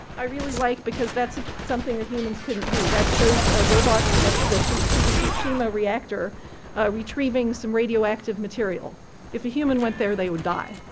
i really like because that's something that humans couldn't do. that shows a robot at the fukushima reactor retrieving some radioactive material, if a human went there they would die.